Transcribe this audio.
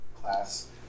class